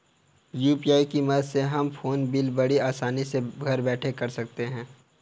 UPI की मदद से हम फ़ोन बिल बड़ी आसानी से घर बैठे भर सकते हैं